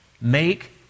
make